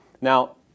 Now